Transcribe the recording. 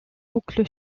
boucle